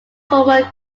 formal